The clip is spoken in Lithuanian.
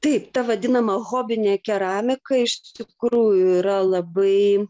taip ta vadinama hobinė keramika iš tikrųjų yra labai